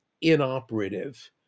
inoperative